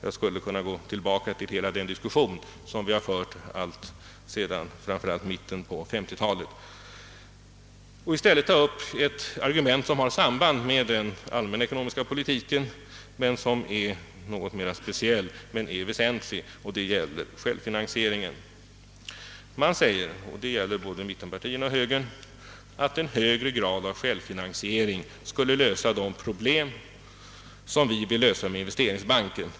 Jag skulle kunna gå tillbaka till hela den diskussion som förts framför allt sedan mitten på 1950-talet och den konsekventa satsning som från regeringspartiets sida gjorts för en höjning av kapitalbildningen i detta land. I stället skall jag ta upp ett argument som har samband med den allmänna ekonomiska politiken, Det är något mer speciellt men väsentligt och det gäller självfinansieringen. Både mittenpartierna och högern säger att en högre grad av självfinansiering hos företagen skulle lösa de problem som vi vill lösa med investeringsbanken.